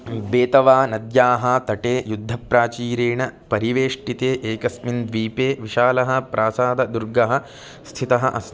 बेतवा नद्याः तटे युद्धप्राचीरेण परिवेष्टिते एकस्मिन् द्वीपे विशालः प्रासाददुर्गः स्थितः अस्ति